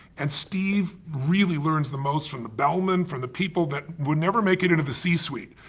and steve really learns the most from the bellmen, from the people that would never make it into the c suite.